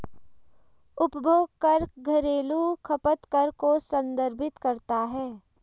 उपभोग कर घरेलू खपत कर को संदर्भित करता है